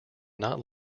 not